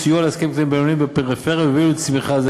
סיוע לעסקים קטנים ובינוניים בפריפריה יביא לצמיחה,